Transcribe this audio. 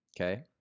okay